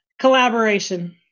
Collaboration